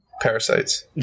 parasites